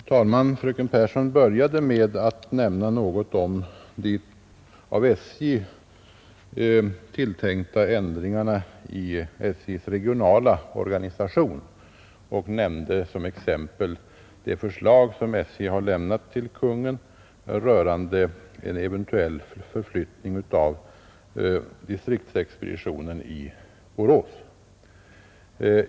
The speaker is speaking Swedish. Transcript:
Fru talman! Fröken Pehrsson började med att beröra de av SJ tilltänkta ändringarna i SJ:s regionala organisation och nämnde som exempel det förslag som SJ har lämnat till Kungl. Maj:t rörande en eventuell förflyttning av distriktsexpeditionen i Borås.